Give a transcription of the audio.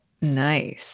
Nice